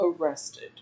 arrested